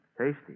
Tasty